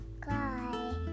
sky